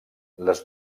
les